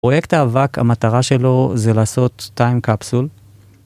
פרויקט האבק, המטרה שלו זה לעשות טיים קפסול.